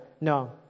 No